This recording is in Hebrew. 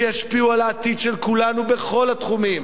שישפיעו על העתיד של כולנו בכל התחומים.